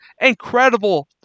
Incredible